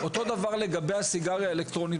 אותו דבר לגבי הסיגריה האלקטרונית,